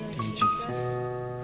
Jesus